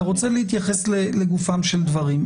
מדינת ישראל צריכה להתייחס לזוגיות להט"בית.